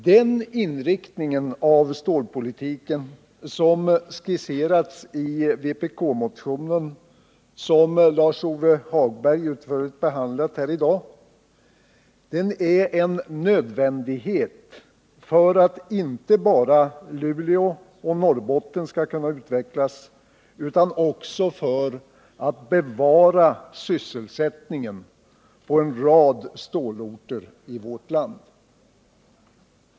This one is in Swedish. Den inriktning av stålpolitiken som skisserats i vpk-motionen 2289, som Lars-Ove Hagberg utförligt behandlat här i dag, är en nödvändighet för att inte bara Luleå och Norrbotten skall kunna utvecklas utan också för att vi skall kunna bevara sysselsättningen på en rad stålorter i vårt land.